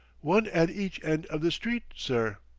one at each end of the street, sir.